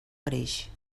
greix